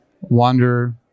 wander